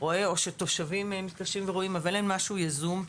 רואה או שתושבים מתקשרים ורואים אבל אין משהו יזום.